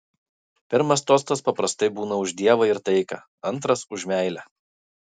pirmas tostas paprastai būna už dievą ir taiką antras už meilę